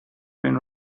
been